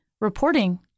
reporting